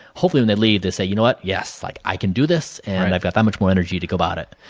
hopefully when they leave they say, you know what? yes, like i can do this and i have that much more energy to go about it.